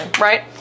right